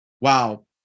Wow